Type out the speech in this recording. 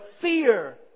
fear